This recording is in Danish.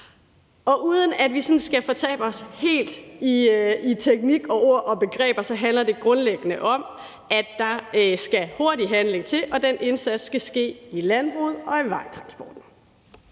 Og uden at vi sådan skal fortabe os helt i teknik og ord og begreber, handler det grundlæggende om, at der skal hurtig handling til, og den indsats skal ske i landbruget og i vejtransporten.